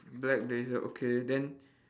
black blazer okay then